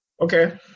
Okay